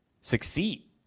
succeed